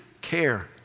care